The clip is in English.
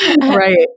Right